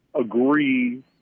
agree